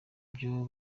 byo